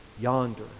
yonder